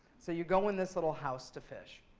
so you go in this little house to fish.